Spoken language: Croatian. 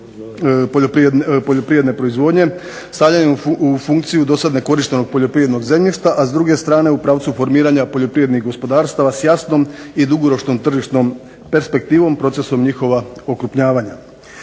poljoprivredne proizvodnje stavljanjem u funkciju dosad nekorištenog poljoprivrednog zemljišta, a s druge strane u pravcu formiranja poljoprivrednih gospodarstava s jasnom i dugoročnom tržišnom perspektivom procesom njihova okrupnjavanja.